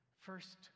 First